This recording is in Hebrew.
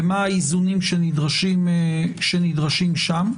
ומה האיזונים שנדרשים שם,